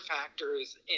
factors